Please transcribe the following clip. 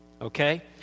okay